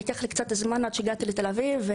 לקח לי קצת זמן עד שהגעתי לתל אביב.